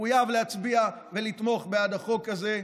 מחויב להצביע בעד ולתמוך בחוק הזה.